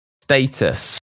status